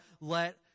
let